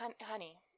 honey